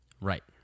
right